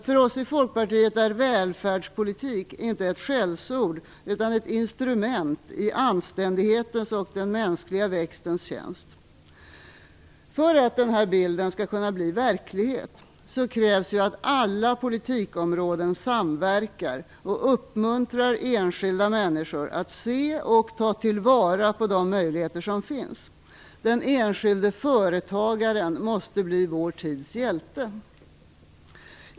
För oss i Folkpartiet är välfärdspolitik inte ett skällsord utan ett instrument i anständighetens och den mänskliga växtens tjänst. För att denna bild skall kunna bli verklighet krävs att alla politikområden samverkar och uppmuntrar enskilda människor att se och ta tillvara de möjligheter som finns. Den enskilde företagaren måste bli vår tids hjälte.